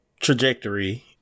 trajectory